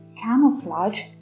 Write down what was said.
camouflage